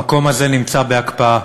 המקום הזה נמצא בהקפאה,